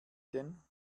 denn